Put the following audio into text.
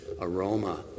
aroma